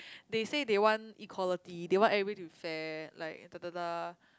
they say they want equality they want everybody to be fair like da da da